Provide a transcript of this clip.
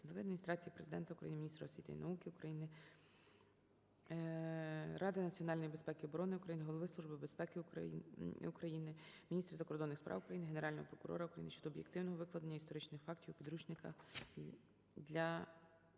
Глави Адміністрації Президента України, Міністра освіти і науки України, Ради національної безпеки і оборони України, Голови Служби безпеки України, Міністра закордонних справ України, Генерального прокурора України щодо об'єктивного викладення історичних фактів у підручниках для